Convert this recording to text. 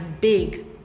big